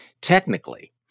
Technically